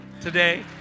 today